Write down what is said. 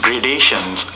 Gradations